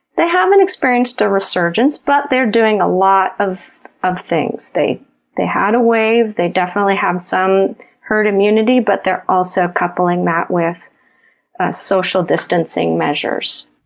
they haven't experienced a resurgence, but they're doing a lot of of things. they they had a wave, they definitely have some herd immunity, but they're also coupling that with social distancing measures.